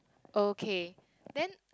okay then